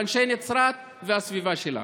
לאנשי נצרת והסביבה שלה.